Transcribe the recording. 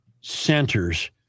centers